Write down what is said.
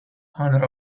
honour